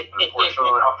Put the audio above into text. Unfortunately